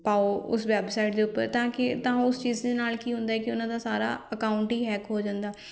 ਪਾਓ ਉਸ ਵੈਬਸਾਈਟ ਦੇ ਉੱਪਰ ਤਾਂ ਕਿ ਤਾਂ ਉਸ ਚੀਜ਼ ਦੇ ਨਾਲ ਕੀ ਹੁੰਦਾ ਕਿ ਉਹਨਾਂ ਦਾ ਸਾਰਾ ਅਕਾਊਂਟ ਹੀ ਹੈਕ ਹੋ ਜਾਂਦਾ